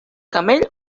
camell